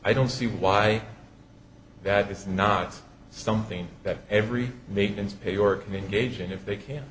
i don't see why that is not something that every maintenance pay or communication if they can